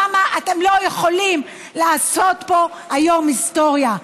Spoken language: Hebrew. למה אתם לא יכולים לעשות פה היום היסטוריה?